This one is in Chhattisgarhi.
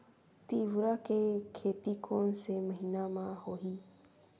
तीवरा के खेती कोन से महिना म होही?